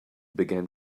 began